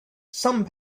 some